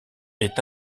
est